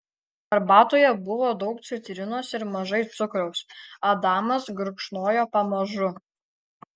arbatoje buvo daug citrinos ir mažai cukraus adamas gurkšnojo pamažu